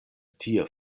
tie